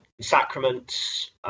sacraments